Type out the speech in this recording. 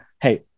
Hey